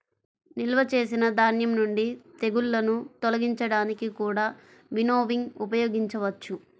నిల్వ చేసిన ధాన్యం నుండి తెగుళ్ళను తొలగించడానికి కూడా వినోవింగ్ ఉపయోగించవచ్చు